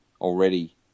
already